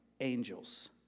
angels